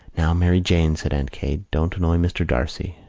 now, mary jane, said aunt kate, don't annoy mr. d'arcy.